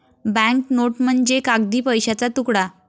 bank note म्हणजे कागदी पैशाचा तुकडा